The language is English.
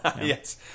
Yes